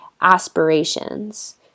aspirations